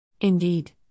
Indeed